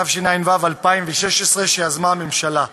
התשע"ו 2016, שיזמה הממשלה.